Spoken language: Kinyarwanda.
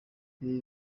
ibi